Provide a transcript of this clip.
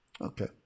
Okay